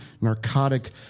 narcotic